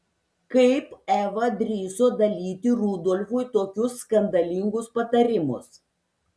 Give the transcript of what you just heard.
kaip eva drįso dalyti rudolfui tokius skandalingus patarimus